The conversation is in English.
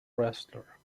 wrestler